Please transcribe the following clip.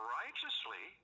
righteously